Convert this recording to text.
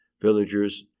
villagers